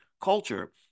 culture